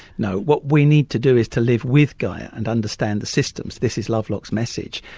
no, what we need to do is to live with gaia and understand the systems, this is lovelock's message,